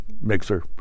mixer